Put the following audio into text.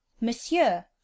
Monsieur